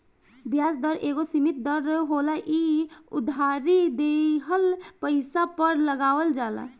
ब्याज दर एगो सीमित दर होला इ उधारी दिहल पइसा पर लगावल जाला